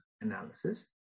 analysis